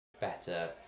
better